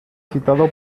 citado